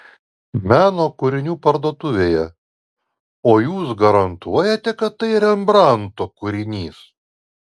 meno kūrinių parduotuvėje o jūs garantuojate kad tai rembrandto kūrinys